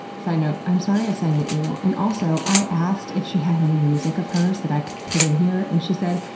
so you know i'm sorry i sang at you, and also, i asked if she had any music of hers that i could put in here and she said,